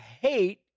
hate